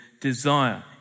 desire